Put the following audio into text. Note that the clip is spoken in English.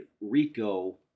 Rico